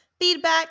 feedback